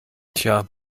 tja